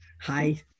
Hi